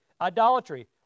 idolatry